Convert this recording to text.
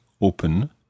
open